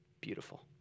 beautiful